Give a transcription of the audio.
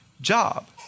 job